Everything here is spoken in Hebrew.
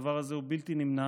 הדבר הזה הוא בלתי נמנע